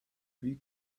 wie